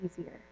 easier